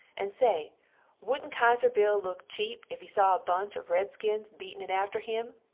and say woodnt kaiser bill look chepe if he saw a bunch of red skins beatin it after him?